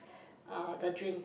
uh the drink